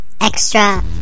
Extra